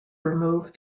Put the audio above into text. remove